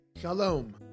Shalom